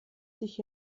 sich